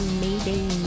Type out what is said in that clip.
Mayday